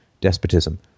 despotism